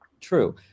True